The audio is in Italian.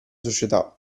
società